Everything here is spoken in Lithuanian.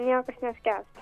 niekas neskęatų